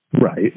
Right